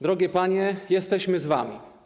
Drogie panie, jesteśmy z wami.